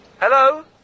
Hello